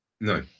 No